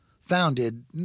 founded